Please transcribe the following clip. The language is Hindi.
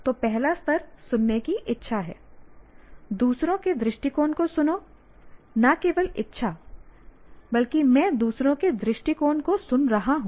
तो पहला स्तर सुनने की इच्छा है दूसरों के दृष्टिकोण को सुनो न केवल इच्छा बल्कि मैं दूसरों के दृष्टिकोण को सुन रहा हूं